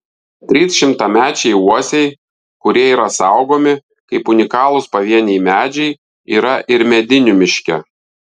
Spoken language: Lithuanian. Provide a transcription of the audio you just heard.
trys šimtamečiai uosiai kurie yra saugomi kaip unikalūs pavieniai medžiai yra ir medinių miške